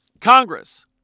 Congress